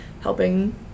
helping